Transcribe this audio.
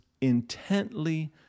intently